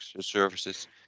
services